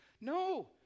no